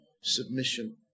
submission